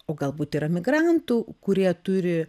o galbūt yra migrantų kurie turi